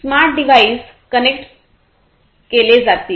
smart device connect केली जातील